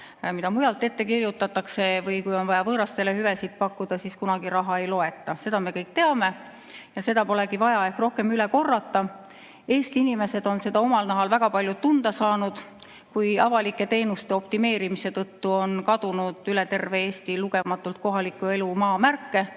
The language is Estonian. mida mujalt ette kirjutatakse, või kui on vaja võõrastele hüvesid pakkuda, siis kunagi raha ei loeta. Seda me kõik teame ja seda polegi vaja ehk rohkem üle korrata. Eesti inimesed on seda omal nahal väga palju tunda saanud, kui avalike teenuste optimeerimise tõttu on kadunud üle terve Eesti lugematult kohaliku elu maamärke,